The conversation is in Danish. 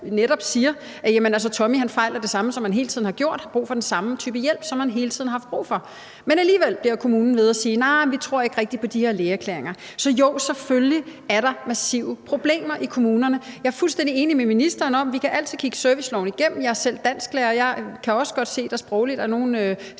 netop siger, at Tommy fejler det samme, som han hele tiden har gjort, og har brug for den samme type hjælp, som han hele tiden har haft brug for. Men alligevel bliver kommunen ved med at sige, at de ikke rigtig tror på de lægeerklæringer. Så jo, selvfølgelig er der massive problemer i kommunerne. Jeg er fuldstændig enig med ministeren i, at vi altid kan kigge serviceloven igennem. Jeg er selv dansklærer, og jeg kan også godt se, at der sprogligt er nogle